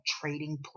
Trading